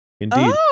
indeed